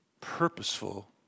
purposeful